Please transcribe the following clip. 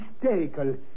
hysterical